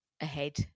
ahead